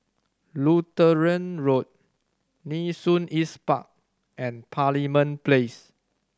Lutheran Road Nee Soon East Park and Parliament Place